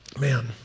Man